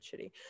shitty